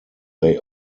they